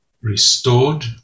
restored